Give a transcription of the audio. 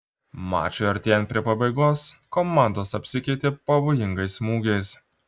mačui artėjant prie pabaigos komandos apsikeitė pavojingais smūgiais